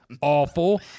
awful